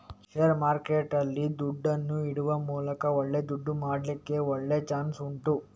ಷೇರು ಮಾರುಕಟ್ಟೆಯಲ್ಲಿ ದುಡ್ಡನ್ನ ಇಡುವ ಮೂಲಕ ಒಳ್ಳೆ ದುಡ್ಡು ಮಾಡ್ಲಿಕ್ಕೂ ಒಳ್ಳೆ ಚಾನ್ಸ್ ಉಂಟು